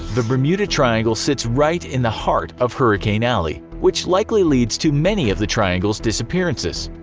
the bermuda triangle sits right in the heart of hurricane alley, which likely leads to many of the triangle's disappearances.